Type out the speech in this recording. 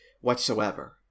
whatsoever